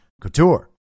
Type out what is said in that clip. couture